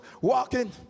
walking